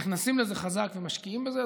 נכנסים לזה חזק ומשקיעים בזה.